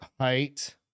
height